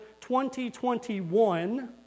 2021